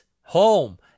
home